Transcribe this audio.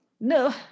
no